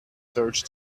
search